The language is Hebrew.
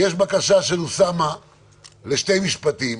אבל יש בקשה של אוסאמה לשני משפטים.